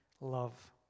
love